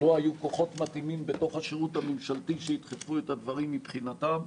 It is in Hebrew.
לא היו כוחות מתאימים בתוך השירות הממשלתי שידחפו את הדברים מבחינתם.